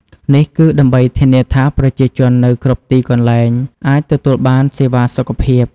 នេះគឺដើម្បីធានាថាប្រជាជននៅគ្រប់ទីកន្លែងអាចទទួលបានសេវាសុខភាព។